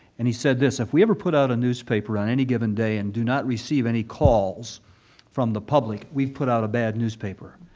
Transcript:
and he said this, if we ever put out a newspaper on any given day and do not receive any calls from the public, we've put out a bad newspaper,